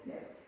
Yes